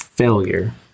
Failure